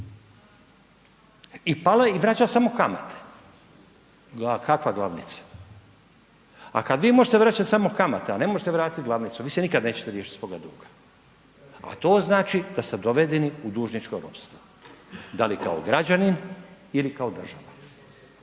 eura i vraća samo kamate, kakva glavnice. A kada vi možete vraćati samo kamate, a ne možete vratiti glavnicu vi se nikada nećete riješiti svoga duga, a to znači da ste dovedeni u dužničko ropstvo, da li kao građanin ili kao država.